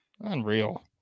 Unreal